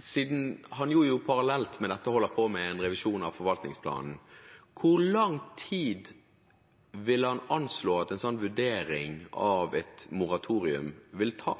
siden han parallelt med dette holder på med en revisjon av forvaltningsplanen: Hvor lang tid vil han anslå at en slik vurdering av et moratorium vil ta?